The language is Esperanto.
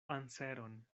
anseron